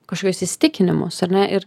kažkokius įsitikinimus ar ne ir